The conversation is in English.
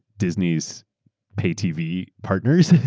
disney's pay tv partners.